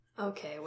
Okay